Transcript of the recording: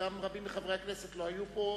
וגם רבים מחברי הכנסת לא היו פה.